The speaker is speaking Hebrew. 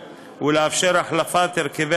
הוא צריך להיות מותנה